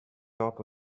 top